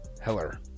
Heller